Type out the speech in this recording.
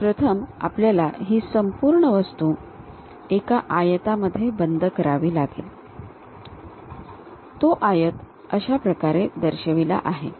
तर प्रथम आपल्याला ही संपूर्ण वस्तू एका आयतामध्ये बंद करावी लागेल तो आयत अशा प्रकारे दर्शविला आहे